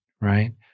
right